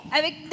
avec